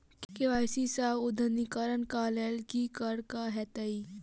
KYC अद्यतनीकरण कऽ लेल की करऽ कऽ हेतइ?